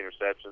interceptions